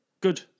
Good